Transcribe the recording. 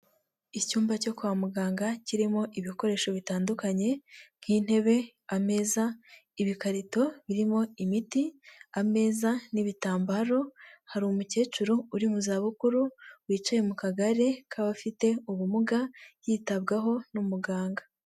Icyumba cyo kwa muganga kirimo ibikoresho bitandukanye nk'intebe, ameza, ibikarito birimo imiti, ameza n'ibitambaro, hari umukecuru uri mu zabukuru wicaye mu kagare k'abafite ubumuga yitabwaho n'umuganga.